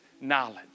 knowledge